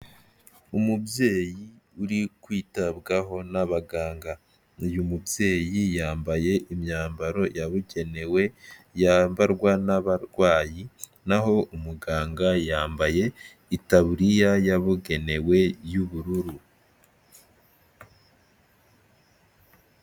Umubyeyi uri kwitabwaho n'abaganga, uyu mubyeyi yambaye imyambaro yabugenewe yambarwa n'abarwayi, n'aho umuganga yambaye itaburiya yabugenewe y'ubururu.